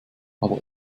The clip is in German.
aber